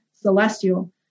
celestial